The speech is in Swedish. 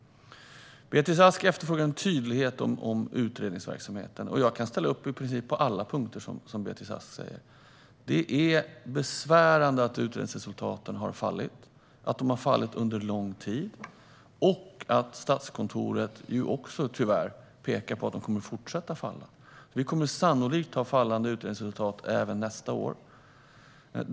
Beatrice Ask efterfrågar en tydlighet rörande utredningsverksamheten. Jag kan ställa upp på i princip alla punkter som Beatrice Ask nämner. Det är besvärande att utredningsresultaten har fallit, att de har fallit under lång tid och också, tyvärr, att Statskontoret pekar på att de kommer att fortsätta falla. Vi kommer sannolikt att ha fallande utredningsresultat även nästa år.